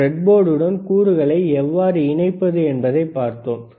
bread போர்டுடன் கூறுகளை எவ்வாறு இணைப்பது என்பதைப் பார்த்தோம்